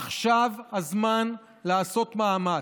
עכשיו הזמן לעשות מאמץ,